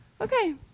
Okay